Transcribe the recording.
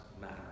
matter